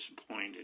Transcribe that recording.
disappointed